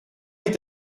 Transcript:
est